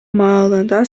маалында